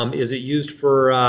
um is it used for